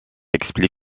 explique